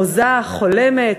הוזה, חולמת.